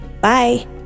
Bye